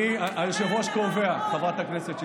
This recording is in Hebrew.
היושב-ראש קובע, חברת הכנסת שטרית.